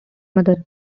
mother